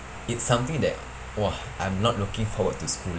it's something that !wah! I'm not looking forward to school